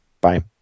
Bye